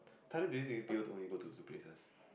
Thailand places people to only got to two places